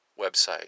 website